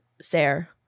Sarah